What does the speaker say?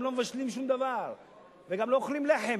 הם לא מבשלים שום דבר וגם לא אוכלים לחם,